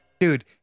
Dude